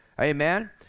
Amen